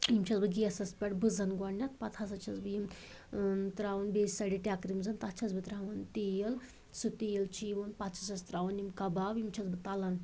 یِم چھَس بہٕ گیسَس پٮ۪ٹھ بُزان گۄڈٕنٮ۪تھ پتہٕ ہسا چھَس بہٕ یِم تراوان بیٚیہِ سایڈٕ ٹٮ۪کرِ منٛز تَتہ چھَس بہٕ تراوان تیٖل سُہ تیٖل چھِ یِوان پتہٕ چھِسَس تراوان یِم کباب یِم چھَس بہٕ تَلان